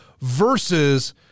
versus